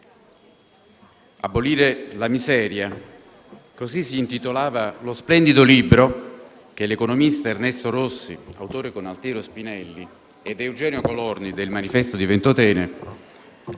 «Abolire la miseria»: così si intitolava lo splendido libro che l'economista Ernesto Rossi, autore, con Altiero Spinelli e Eugenio Colorni, de «Il Manifesto di Ventotene»,